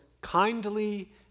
kindly